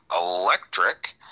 electric